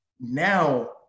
now